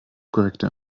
korrekte